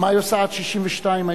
מה היא עושה עד 62 היום?